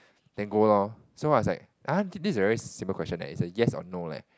then go lor so I was like ah this is a very simple question leh it's a yes or no leh